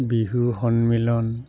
বিহু সন্মিলন